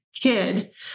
kid